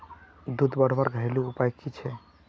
दूध बढ़वार घरेलू उपाय की छे?